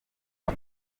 ngo